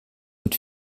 mit